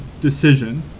decision